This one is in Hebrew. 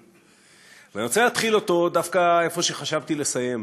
ואני רוצה להתחיל אותו דווקא במקום שחשבתי לסיים,